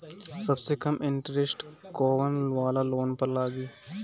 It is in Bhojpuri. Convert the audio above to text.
सबसे कम इन्टरेस्ट कोउन वाला लोन पर लागी?